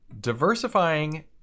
diversifying